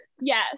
Yes